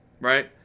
right